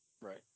Right